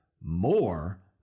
more